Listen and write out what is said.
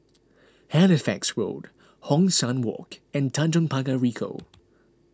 Halifax Road Hong San Walk and Tanjong Pagar Ricoh